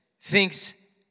thinks